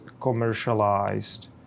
commercialized